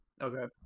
Okay